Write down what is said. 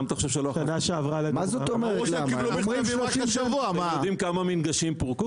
אתם יודעים כמה מינגשים פורקו?